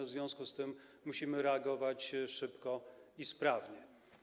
W związku z tym musimy reagować szybko i sprawnie.